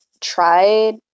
tried